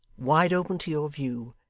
wide open to your view,